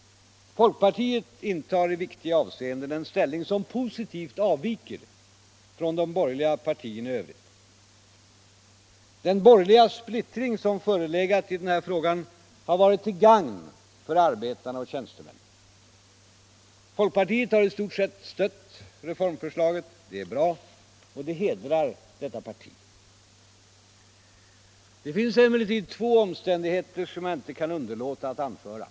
Folkpartiet intar i viktiga avseenden en ställning som positivt avviker från de borgerliga partiernas i övrigt. Den borgerliga splittring som förelegat i denna fråga har varit till gagn för arbetarna och tjänstemännen. Folkpartiet har i stort sett stött reformförslaget. Det är bra, och det hedrar detta parti. Det finns emellertid två omständigheter som jag inte kan underlåta att anföra.